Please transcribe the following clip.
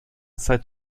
zeit